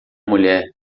mulher